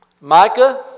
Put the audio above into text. Micah